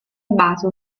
base